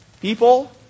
people